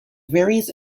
various